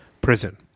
prison